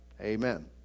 Amen